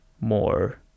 more